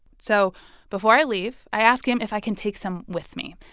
so before i leave, i ask him if i can take some with me.